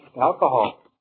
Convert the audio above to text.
alcohol